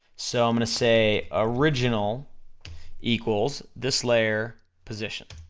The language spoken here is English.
so i'm gonna say original equals this layer position.